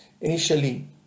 initially